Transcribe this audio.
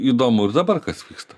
įdomu ir dabar kas vyksta